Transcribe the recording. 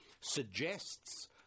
suggests